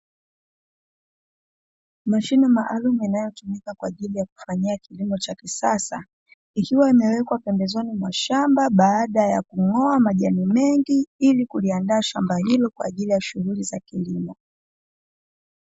Mashine maalumu inayotumika kwa ajili ya shughuli za kilimo cha kisasa. Ikiwa imewekwa pembeni mwa shamba baada ya kung'oa majani mengi, ili kuliandaa shamba hilo kwa ajili ya kilimo.